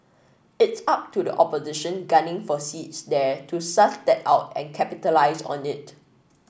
it's up to the opposition gunning for seats there to suss that out and capitalise on it